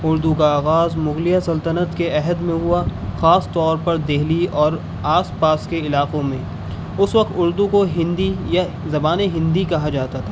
اردو کا آغاز مغلیہ سلطنت کے عہد میں ہوا خاص طور پر دلی اور آس پاس کے علاقوں میں اس وقت اردو کو ہندی یا زبان ہندی کہا جاتا تھا